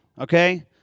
okay